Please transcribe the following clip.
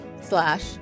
Slash